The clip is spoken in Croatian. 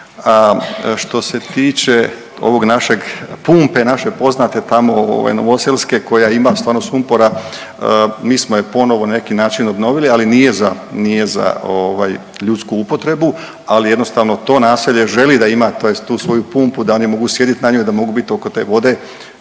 Što se tiče ovog našeg, pumpe naše poznate tamo ovaj novoselske koja ima stvarno sumpora, mi je ponovo na neki način obnovili, ali nije za, nije za ovaj, ljudsku upotrebu, ali jednostavno, to naselje želi da ima tu svoju pumpu da oni mogu sjediti na njoj, da mogu biti oko te vode